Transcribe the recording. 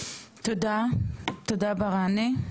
תודה, תודה ברהנה.